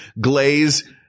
glaze